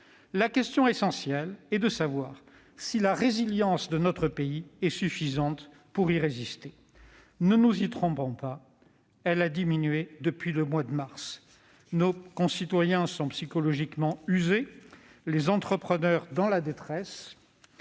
La question essentielle est de savoir si la résilience de notre pays est suffisante pour y résister. Ne nous y trompons pas : elle a diminué depuis le mois de mars dernier. Nos concitoyens sont psychologiquement usés, les entrepreneurs sont dans la détresse,